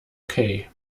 okay